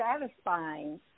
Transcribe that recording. satisfying